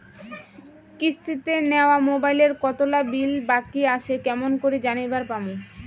কিস্তিতে নেওয়া মোবাইলের কতোলা বিল বাকি আসে কেমন করি জানিবার পামু?